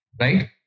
Right